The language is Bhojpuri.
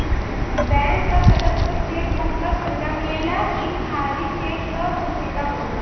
बैंक क तरफ से चेक बुक क सुविधा मिलेला ई खाली चेक क पुस्तिका होला